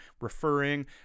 referring